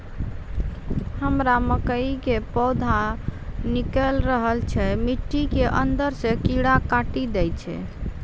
हमरा मकई के पौधा निकैल रहल छै मिट्टी के अंदरे से कीड़ा काटी दै छै?